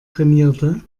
trainierte